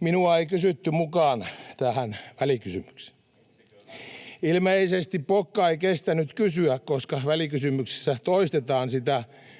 Minua ei kysytty mukaan tähän välikysymykseen. [Vilhelm Junnila: Miksiköhän!] Ilmeisesti pokka ei kestänyt kysyä, koska välikysymyksessä toistetaan sitä typerää